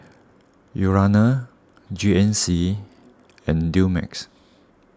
Urana G N C and Dumex